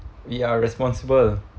we are responsible